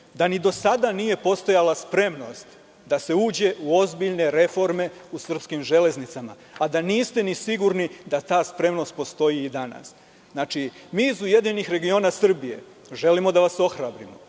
da ni do sada nije postojala spremnost da se uđe u ozbiljne reforme u Srpskim železnicama, a da niste ni sigurni da ta spremnost postoji i danas. Mi iz Ujedinjenih regiona Srbije želimo da vas ohrabrimo.